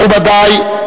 מכובדי,